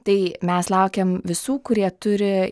tai mes laukiam visų kurie turi